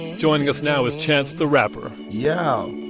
joining us now is chance the rapper yo